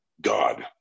God